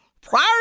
Prior